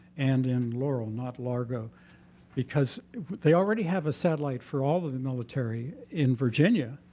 and in laurel, not largo because they already have a satellite for all of the military in virginia,